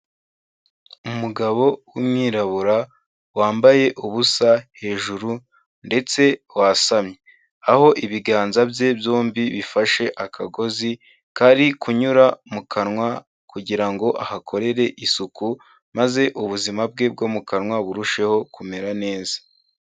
Umugabo w'umwirabura wambaye ubusa hejuru ndetse wasamye, aho ibiganza bye byombi bifashe akagozi kari kunyura mu kanwa kugira ngo ahakorere isuku maze ubuzima bwe bwo mu kanwa burusheho kumera neza.